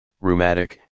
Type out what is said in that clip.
rheumatic